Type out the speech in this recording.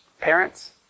parents